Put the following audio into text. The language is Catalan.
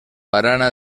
barana